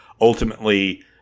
ultimately